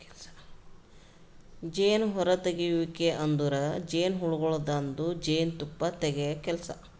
ಜೇನು ಹೊರತೆಗೆಯುವಿಕೆ ಅಂದುರ್ ಜೇನುಹುಳಗೊಳ್ದಾಂದು ಜೇನು ತುಪ್ಪ ತೆಗೆದ್ ಕೆಲಸ